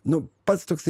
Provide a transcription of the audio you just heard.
nu pats toksai